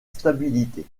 stabilité